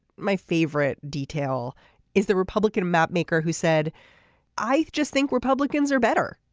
my favorite detail is the republican map maker who said i just think republicans are better.